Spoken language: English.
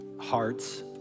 hearts